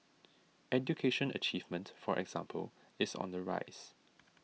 education achievement for example is on the rise